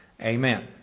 Amen